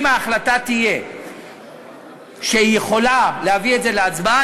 אם ההחלטה תהיה שהיא יכולה להביא את זה להצבעה,